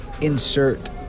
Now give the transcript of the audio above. insert